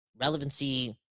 relevancy